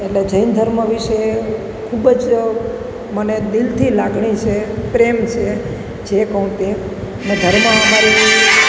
એટલે જૈન ધર્મ વિષે ખૂબ જ મને દિલથી લાગણી છે પ્રેમ છે જે કહું તે અને ધર્મ અમારી